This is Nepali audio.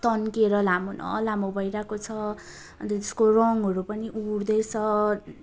तन्केर लामो न लामो भइरहेको छ अन्त त्यसको रङहरू पनि उड्दैछ